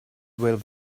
will